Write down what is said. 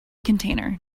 container